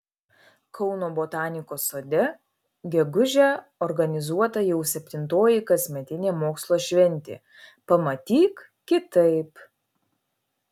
kauno botanikos sode gegužę organizuota jau septintoji kasmetinė mokslo šventė pamatyk kitaip